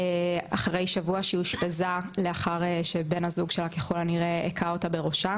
אחרי שבוע שהיא אושפזה לאחר שבן הזוג שלה ככל הנראה היכה אותה בראשה.